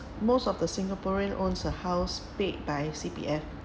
most of the singaporean owns a house paid by C_P_F